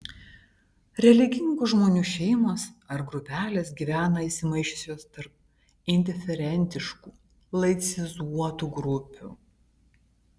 religingų žmonių šeimos ar grupelės gyvena įsimaišiusios tarp indiferentiškų laicizuotų grupių